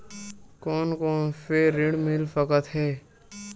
कोन कोन से ऋण मिल सकत हे?